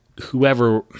whoever